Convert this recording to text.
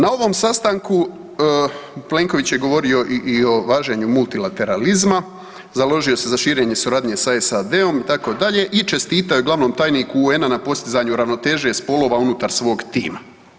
Na ovom sastanku Plenković je govorio i o važenju multilateralizma, založio se za širenje suradnje sa SAD-om itd. i čestitao je glavnom tajniku UN-a na postizanju ravnoteže spolova unutar svog tima.